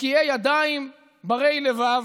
נקיי ידיים, ברי-לבב